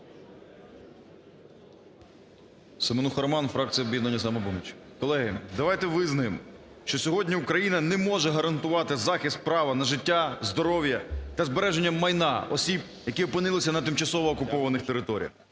Семенуха роман, фракція "Об'єднання "Самопоміч". Колеги, давайте визнаєм, що сьогодні Україна не може гарантувати захист права на життя, здоров'я та збереження майна осіб, які опинилися на тимчасово окупованих територіях.